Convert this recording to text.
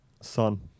son